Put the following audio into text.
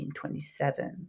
1927